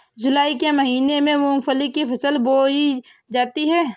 जूलाई के महीने में मूंगफली की फसल बोई जाती है